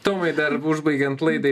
tomai dar užbaigiant laidai